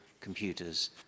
computers